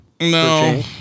No